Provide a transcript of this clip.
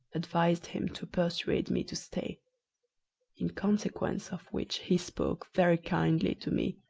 advised him to persuade me to stay in consequence of which he spoke very kindly to me,